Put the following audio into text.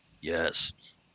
yes